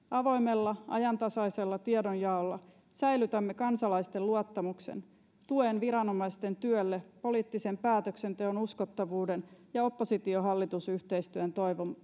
avoimella ajantasaisella tiedonjaolla säilytämme kansalaisten luottamuksen tuen viranomaisten työlle poliittisen päätöksenteon uskottavuuden ja oppositio hallitus yhteistyön